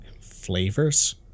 Flavors